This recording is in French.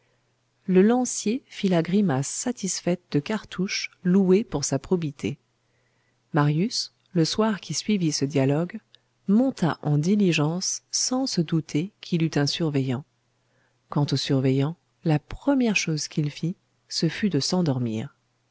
le lancier fit la grimace satisfaite de cartouche loué pour sa probité marius le soir qui suivit ce dialogue monta en diligence sans se douter qu'il eût un surveillant quant au surveillant la première chose qu'il fit ce fut de s'endormir